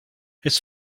his